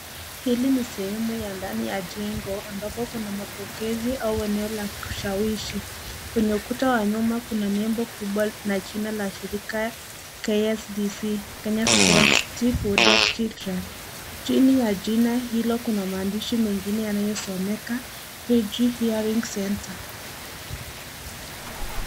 Hili ni sehemu ya ndani ya jengo ambapo kuna mapokezi au eneo la kushawishi. Kwenye ukuta wa nyuma kuna nembo kubwa na jina la shirika, KSDC, Kenya Society for Deaf Children.